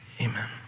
Amen